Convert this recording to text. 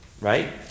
Right